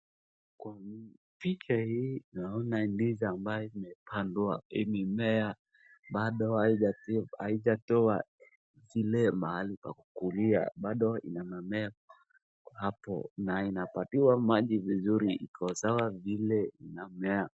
Kwenye picha hii naona ndizi ambayo imepandwa. Hii mimea bado haijatoa zile mahali pa kukulia bado inaezamea apo na inapatiwa maji vizuri iko sawa vile inamea.